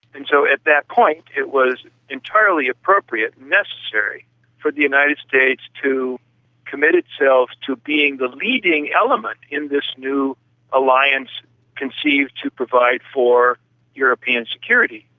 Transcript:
and so at that point it was entirely appropriate and necessary for the united states to commit itself to being the leading element in this new alliance conceived to provide for european security.